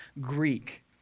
Greek